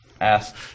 ask